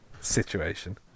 situation